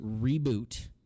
reboot